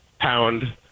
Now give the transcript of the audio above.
pound